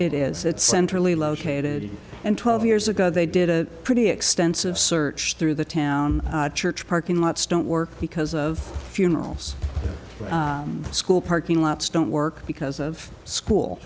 centrally located and twelve years ago they did a pretty extensive search through the town church parking lots don't work because of funerals school parking lots don't work because of school